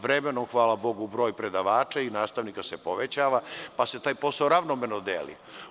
Vremenom se broj predavača i nastavnika povećao, pa se taj posao ravnomerno deli.